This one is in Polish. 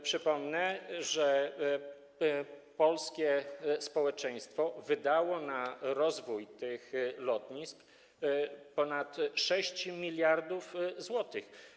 Przypomnę, że polskie społeczeństwo wydało na rozwój tych lotnisk ponad 6 mld zł.